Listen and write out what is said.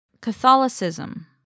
Catholicism